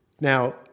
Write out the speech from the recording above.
Now